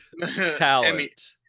Talent